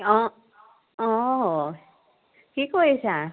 অঁ অঁ কি কৰিছা